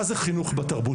מה זה חינוך בתרבות